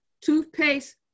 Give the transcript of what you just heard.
toothpaste